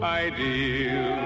ideal